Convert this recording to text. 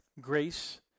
grace